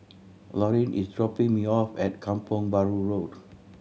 Laurine is dropping me off at Kampong Bahru Road